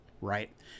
right